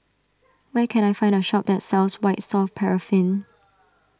where can I find a shop that sells White Soft Paraffin